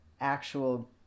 actual